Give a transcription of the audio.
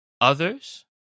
Others